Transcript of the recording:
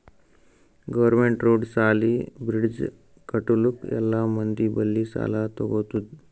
government road, ಸಾಲಿ, bridge ಕಟ್ಟಲುಕ್ ಎಲ್ಲಾ ಮಂದಿ ಬಲ್ಲಿ ಸಾಲಾ ತಗೊತ್ತುದ್